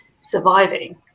surviving –